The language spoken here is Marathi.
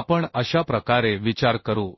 आपण अशा प्रकारे विचार करू